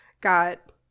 got